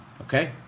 okay